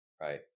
right